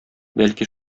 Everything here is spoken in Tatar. бәлки